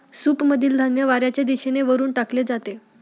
सूपमधील धान्य वाऱ्याच्या दिशेने वरून टाकले जाते